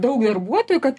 daug darbuotojų kad